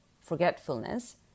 forgetfulness